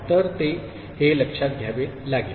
तर हेलक्षात घ्यावे लागेल